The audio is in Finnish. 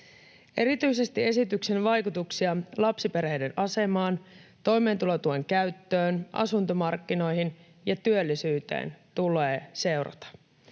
Erityisesti esityksen vaikutuksia lapsiperheiden asemaan, toimeentulotuen käyttöön, asuntomarkkinoihin ja työllisyyteen tulee seurata.